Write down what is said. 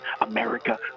America